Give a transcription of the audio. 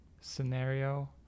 scenario